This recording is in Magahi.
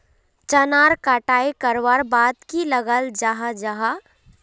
चनार कटाई करवार बाद की लगा जाहा जाहा?